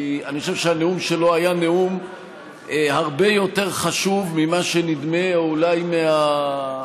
אני חושב שהנאום שלו היה נאום הרבה יותר חשוב ממה שנדמה אולי מהאירוע,